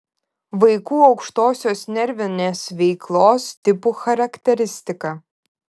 vaikų aukštosios nervinės veiklos tipų charakteristika